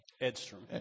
Edstrom